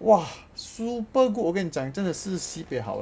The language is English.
!wah! super good 我跟你讲真的是 sibeh 好